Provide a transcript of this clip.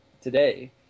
today